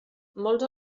molts